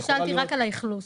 שאלתי רק על האכלוס.